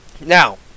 Now